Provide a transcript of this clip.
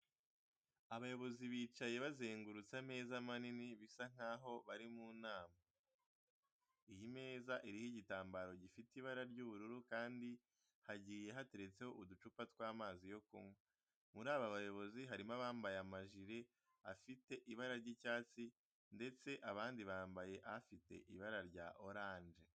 Abayobozi bicaye bazengurutse ameza manini bisa nkaho bari mu nama. Iyi meza iriho igitambaro gifite ibara ry'ubururu kandi hagiye hateretseho uducupa tw'amazi yo kunywa. Muri aba bayobozi harimo abambaye amajire afite ibara ry'icyatsi ndetse abandi bambaye afite ibara rya oranje.